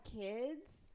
kids